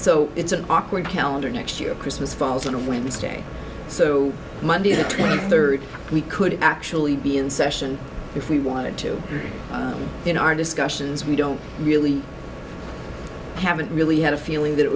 so it's an awkward calendar next year christmas falls into women's day so monday the twenty third we could actually be in session if we wanted to in our discussions we don't really haven't really had a feeling that it